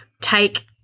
take